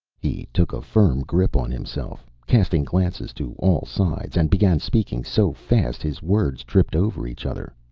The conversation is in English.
he took a firm grip on himself, casting glances to all sides, and began speaking so fast his words tripped over each other.